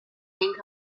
این